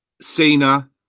Cena